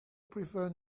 prefer